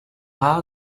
rare